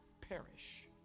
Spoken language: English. perish